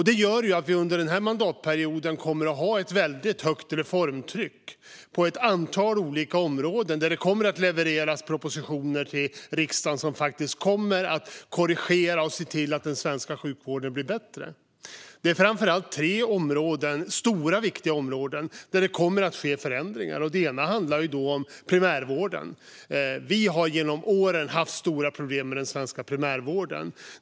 Det gör att vi under den här mandatperioden kommer att ha ett väldigt högt reformtryck på ett antal olika områden. Det kommer att levereras propositioner till riksdagen som faktiskt kommer att korrigera och se till att den svenska sjukvården blir bättre. Det är på framför allt tre stora och viktiga områden som det kommer att ske förändringar. Ett av dessa områden är primärvården. Vi har genom åren haft stora problem med den svenska primärvården.